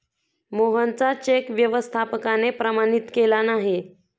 मोहनचा चेक व्यवस्थापकाने प्रमाणित केला नाही